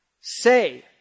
Say